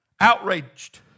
outraged